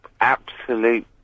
absolute